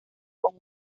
con